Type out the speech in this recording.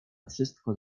wszystko